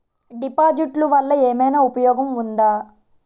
డిపాజిట్లు వల్ల ఏమైనా ఉపయోగం ఉందా?